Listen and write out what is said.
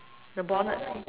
the bonnet